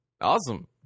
Awesome